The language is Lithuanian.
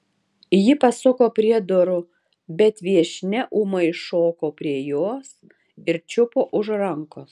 ji pasuko prie durų bet viešnia ūmai šoko prie jos ir čiupo už rankos